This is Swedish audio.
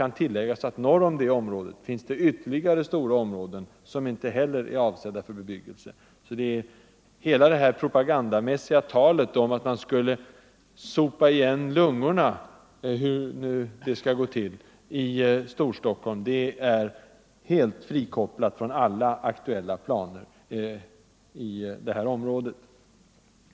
Norr om detta område finns ytterligare stora arealer, som inte heller är avsedda för bebyggelse. Hela detta propagandamässiga tal om att man skulle sopa igen lungorna — hur nu detta skall gå till — i Storstockholm är helt frikopplat från alla aktuella planer i detta område.